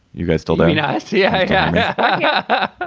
you guys still doing nice? yeah. yeah yeah